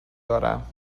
دارم